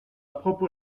propos